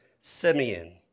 Simeon